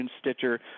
Stitcher